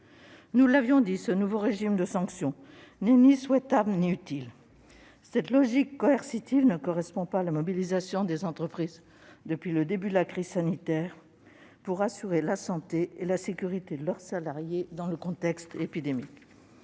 Nous l'avions dit, ce nouveau régime de sanctions n'est ni souhaitable ni utile. Cette logique coercitive ne correspond pas à la mobilisation des entreprises depuis le début de la crise sanitaire pour assurer la santé et la sécurité de leurs salariés dans le contexte épidémique.